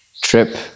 trip